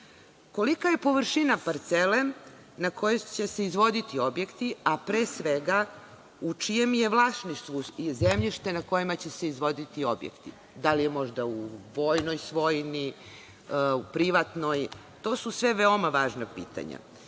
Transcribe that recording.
Kolika je površina parcele na kojoj će se izvoditi objekti, a pre svega, u čijem je vlasništvu zemljište na kome će se izvoditi objekti? Da li je možda u vojnoj svojini, u privatnoj? To su sve veoma važna pitanja.